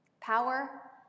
power